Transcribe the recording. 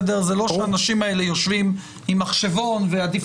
זה לא שהאנשים האלה יושבים עם מחשבון ועדיף